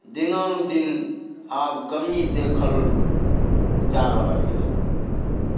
दिनानुदिन आब कमी देखल जा रहल अइ